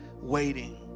waiting